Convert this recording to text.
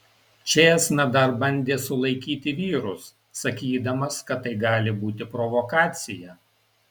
čėsna dar bandė sulaikyti vyrus sakydamas kad tai gali būti provokacija